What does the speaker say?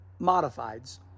modifieds